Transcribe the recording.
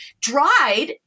dried